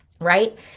right